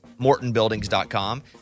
MortonBuildings.com